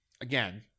Again